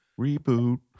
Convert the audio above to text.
Reboot